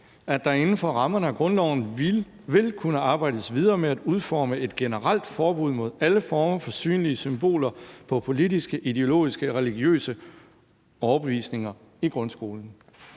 at der inden for rammerne af grundloven vil kunne arbejdes videre med at udforme et generelt forbud mod alle former for synlige symboler på politiske, ideologiske og religiøse overbevisninger i grundskolen.